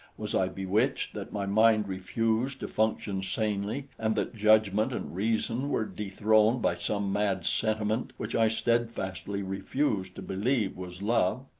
was i bewitched, that my mind refused to function sanely, and that judgment and reason were dethroned by some mad sentiment which i steadfastly refused to believe was love?